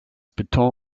beton